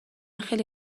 خیلی